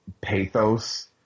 pathos